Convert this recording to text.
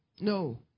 No